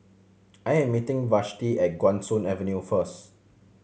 I am meeting Vashti at Guan Soon Avenue first